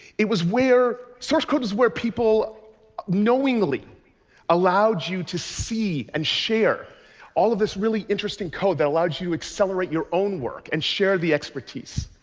it was where source code was where people knowingly allowed you to see and share all of this really interesting code that allowed you to accelerate your own work and share the expertise.